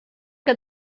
que